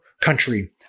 country